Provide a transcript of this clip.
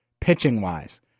pitching-wise